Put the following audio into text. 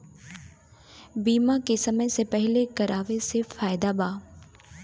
बीमा के समय से पहिले करावे मे फायदा बा